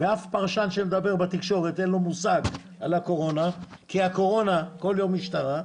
ולאף פרשן שמדבר בתקשורת אין מושג על הקורונה כי היא כל יום משתנה,